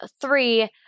three